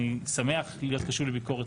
אני שמח להיות קשוב לביקורת.